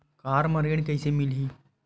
Car म ऋण कइसे मिलही?